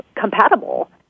compatible